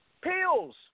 pills